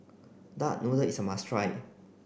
duck noodle is a must try